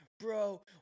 Bro